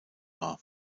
war